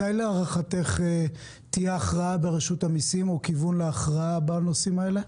מתי להערכתך תהיה הכרעה או כיוון להכרעה ברשות המיסים בנושאים האלה?